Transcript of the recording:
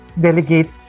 delegate